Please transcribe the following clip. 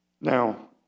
Now